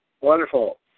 Wonderful